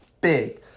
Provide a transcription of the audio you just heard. Big